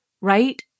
right